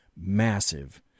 massive